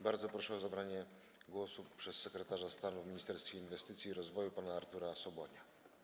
Bardzo proszę o zabranie głosu sekretarza stanu w Ministerstwie Inwestycji i Rozwoju pana Artura Sobonia.